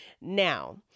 Now